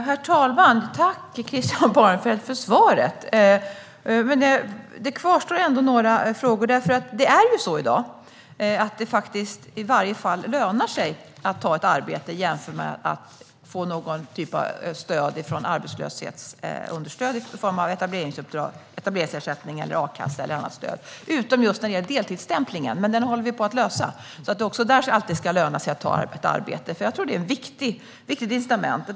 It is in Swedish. Herr talman! Tack, Christian Holm Barenfeld, för svaret, men det kvarstår ändå frågor. Det är ju så i dag att det i varje fall lönar sig att ta ett arbete jämfört med att få etableringsersättning, a-kassa eller annat stöd, utom just när det gäller deltidsstämplingen. Men den håller vi att på att lösa så att det också där alltid ska löna sig att ta ett arbete, för jag tror att det är ett viktigt incitament.